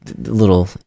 little